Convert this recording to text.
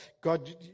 God